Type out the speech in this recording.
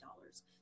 dollars